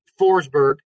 Forsberg